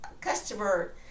customer